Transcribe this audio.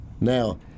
Now